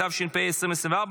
התשפ"ה 2024,